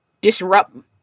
disrupt